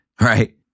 right